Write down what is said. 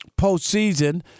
postseason